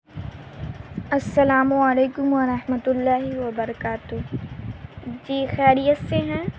السلام علیکم ورحمة اللہ وبرکاتہ جی خیریت سے ہیں